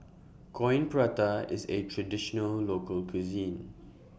Coin Prata IS A Traditional Local Cuisine